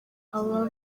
aba